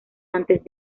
antes